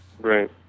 Right